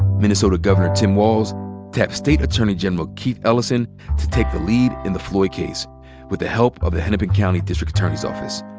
minnesota governor tim walz tapped state attorney general keith ellison to take the lead in the floyd case with the help of the hennepin county district attorney's office.